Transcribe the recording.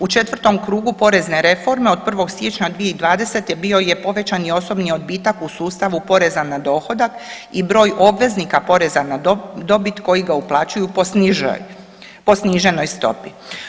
U 4. krugu porezne reforme od 1. siječnja 2020. bio je povećan i osobni odbitak u sustavu poreza na dohodak i broj obveznika poreza na dobit koji ga uplaćuju po sniženoj stopi.